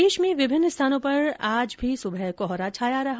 प्रदेश में विभिन्न स्थानों पर आज भी सुबह कोहरा छाया रहा